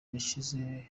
yashize